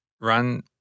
run